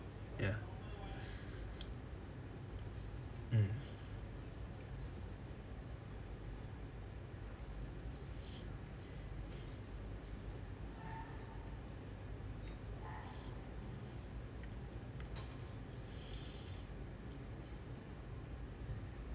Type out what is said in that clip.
ya mm